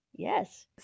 Yes